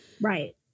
Right